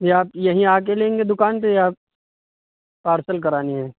یہ آپ یہیں آ کے لیں گے دکان پہ یا پارسل کرانی ہے